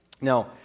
Now